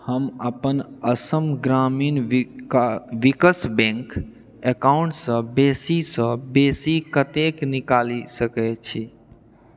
हम अपन असम ग्रामीण विक विकास बैंक अकाउंटसँ बेसीसँ बेसी कतेक निकालि सकैत छी